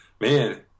Man